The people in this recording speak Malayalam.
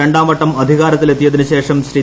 രണ്ടാം വട്ടം അധികാരത്തിൽ എത്തിയതിനുശേഷം ശ്രീ